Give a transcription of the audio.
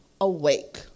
awake